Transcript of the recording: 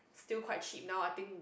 still quite cheap now I think